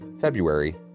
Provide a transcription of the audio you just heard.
February